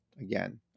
again